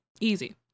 Easy